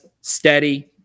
steady